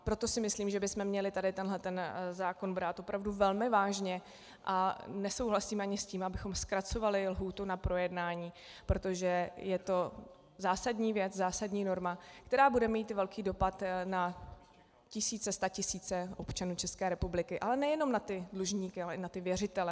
Proto myslím, že bychom měli tady tento zákon brát opravdu velmi vážně, a nesouhlasím ani s tím, abychom zkracovali lhůtu na projednání, protože je to zásadní věc, zásadní norma, která bude mít velký dopad na tisíce, statisíce občanů České republiky, ale nejenom na ty dlužníky, ale i na věřitele.